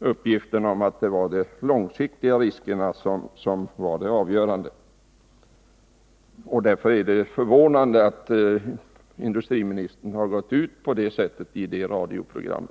ju tidigare uppgiften om att det var de långsiktiga riskerna som var det avgörande. Det är förvånande att industriministern gått ut på det sätt som han gjört i detta radioprogram.